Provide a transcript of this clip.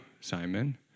Simon